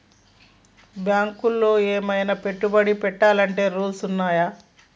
బ్యాంకులో ఏమన్నా పెట్టుబడి పెట్టాలంటే రూల్స్ ఉన్నయా?